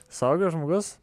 suaugęs žmogus